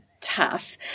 tough